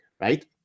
right